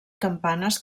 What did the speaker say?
campanes